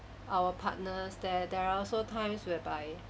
our partners there there are also times whereby